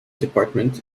department